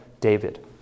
David